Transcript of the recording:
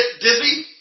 dizzy